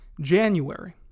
January